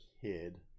kid